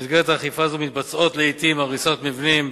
במסגרת אכיפה זו מתבצעות לעתים הריסות מבנים,